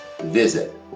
visit